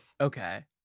Okay